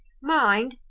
mind,